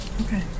Okay